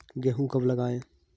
गेहूँ कब लगाएँ?